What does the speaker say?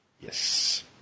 Yes